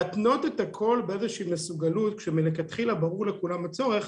להתנות את הכל באיזושהי מסוגלות שמלכתחילה ברור לכולם הצורך,